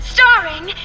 Starring